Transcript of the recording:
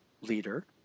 leader